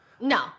No